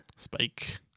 spike